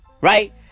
Right